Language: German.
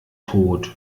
tod